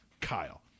Kyle